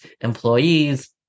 employees